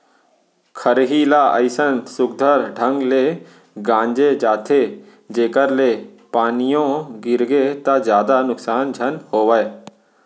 खरही ल अइसन सुग्घर ढंग ले गांजे जाथे जेकर ले पानियो गिरगे त जादा नुकसान झन होवय